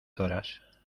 horas